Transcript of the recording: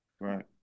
Right